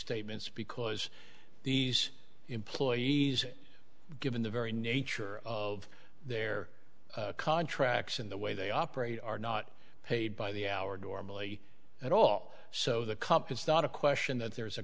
statements because these employees given the very nature of their contracts in the way they operate are not paid by the hour door really at all so the cup it's not a question that there's a